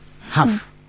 half